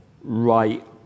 right